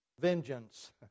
Vengeance